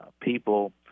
people